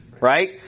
Right